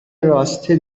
راسته